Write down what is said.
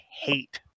hate